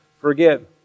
forgive